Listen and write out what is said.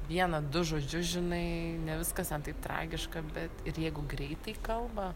vieną du žodžius žinai ne viskas ten taip tragiška bet jeigu greitai kalba